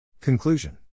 Conclusion